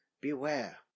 beware